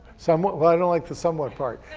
somewhat? but i don't like the somewhat part.